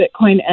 Bitcoin